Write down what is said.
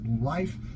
life